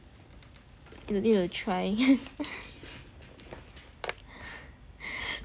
and I need to try